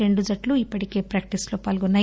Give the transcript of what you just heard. రెండు జట్లు ఇప్పటికే ప్రాక్షీస్ లో పాల్గొన్నాయి